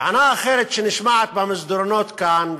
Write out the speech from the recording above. טענה אחרת שנשמעת במסדרונות כאן,